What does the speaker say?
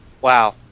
Wow